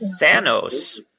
Thanos